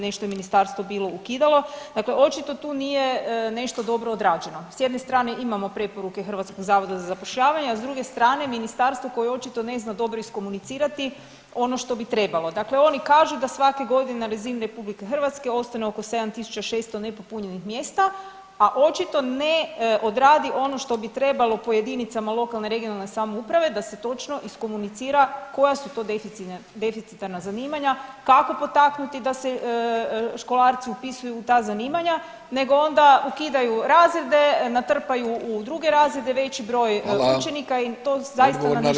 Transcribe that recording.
Nešto je ministarstvo bilo ukidalo, dakle očito tu nije nešto dobro odrađeno, s jedne strane imamo preporuke HZZ, a s druge strane ministarstvo koje očito ne zna dobro iskomunicirati ono što bi trebalo, dakle oni kažu da svake godine na razini RH ostane oko 7.600 nepopunjenih mjesta, a očito ne odradi ono što bi trebalo po jedinicama lokalne i regionalne samouprave da se točno iskomunicira koja su to deficitarna zanimanja, kako potaknuti da se školarci upisuju u ta zanimanja nego onda ukidaju razrede, natrpaju u druge razrede, veći broj učenika i to zaista na ništa ne liči.